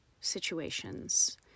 situations